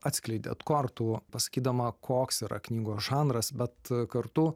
atskleidėt kortų pasakydama koks yra knygos žanras bet kartu